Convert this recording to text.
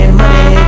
money